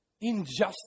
injustice